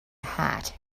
hot